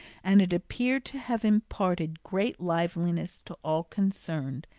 and it appeared to have imparted great liveliness to all concerned,